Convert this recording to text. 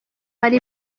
hari